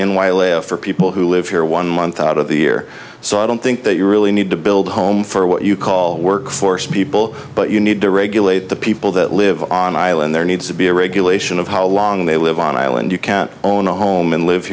a for people who live here one month out of the year so i don't think that you really need to build a home for what you call workforce people but you need to regulate the people that live on an island there needs to be a regulation of how long they live on an island you can't own a home and live